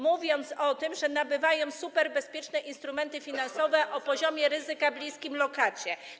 Mówili o tym, że nabywają superbezpieczne instrumenty finansowe na poziomie ryzyka bliskim lokacie.